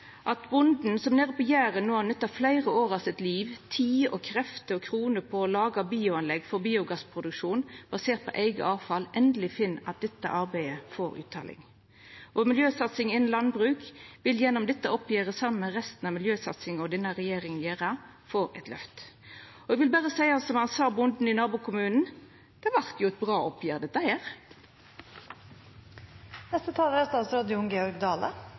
at bonden nede på Jæren som no har nytta fleire år av sitt liv – tid, krefter og kroner – på å laga bioanlegg for biogassproduksjon basert på eige avfall, endeleg finn at dette arbeidet får utteljing. Miljøsatsing innan landbruk vil gjennom dette oppgjeret – saman med resten av miljøsatsinga denne regjeringa gjer – få eit løft. Eg vil berre seia som han sa, bonden i nabokommunen: Det vart jo eit bra oppgjer, dette. Eg er